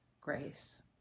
grace